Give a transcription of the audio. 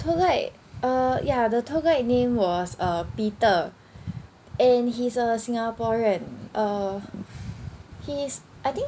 tour guide uh ya the tour guide name was uh peter and he's a singaporean uh he's I think